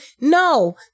no